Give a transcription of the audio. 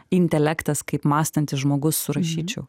intelektas kaip mąstantis žmogus surašyčiau